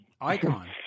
icon